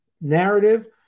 narrative